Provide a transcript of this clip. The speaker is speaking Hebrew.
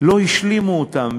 לא השלימו אותם.